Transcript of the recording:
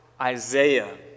isaiah